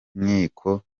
nkiko